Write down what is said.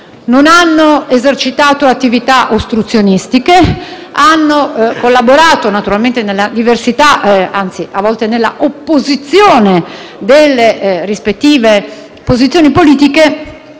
Non hanno esercitato attività ostruzionistiche. Hanno collaborato, naturalmente nella diversità e, a volte, nella opposizione delle rispettive posizioni politiche,